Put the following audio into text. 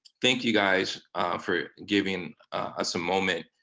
thank you guys for giving us a moment